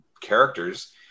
characters